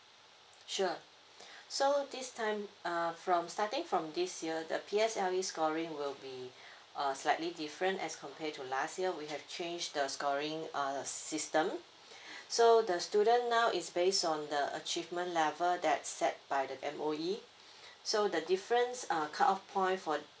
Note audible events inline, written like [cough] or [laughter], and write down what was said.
sure [noise] so this time uh from starting from this year the P_S_L_E scoring will be uh slightly different as compared to last year we have change the scoring uh system so the student now is based on the achievement level that set by the M_O_E so the difference uh cut off point for